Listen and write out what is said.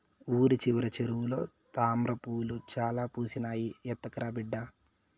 ఊరి చివర చెరువులో తామ్రపూలు చాలా పూసినాయి, ఎత్తకరా బిడ్డా